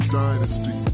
dynasty